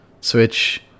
Switch